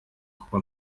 kuko